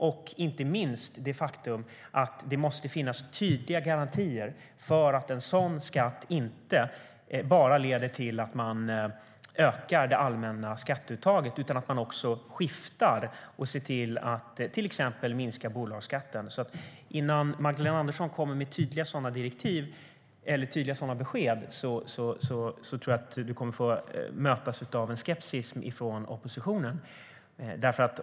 Det handlar också, inte minst, om det faktum att det måste finnas tydliga garantier för att en sådan skatt inte bara leder till att man ökar det allmänna skatteuttaget utan att man också skiftar och ser till att till exempel minska bolagsskatten. Innan Magdalena Andersson kommer med tydliga sådana besked tror jag att hon kommer att mötas av en skepsis från oppositionen.